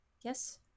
Yes